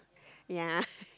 ya